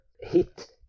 hit